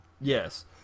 yes